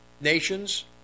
nations